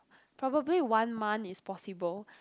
probably one month is possible